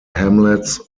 hamlets